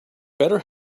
better